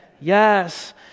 Yes